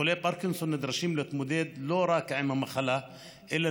חולי פרקינסון נדרשים להתמודד לא רק עם המחלה אלא